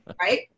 right